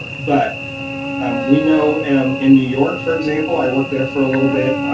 but um we know in new york, for example, i worked there for a little bit,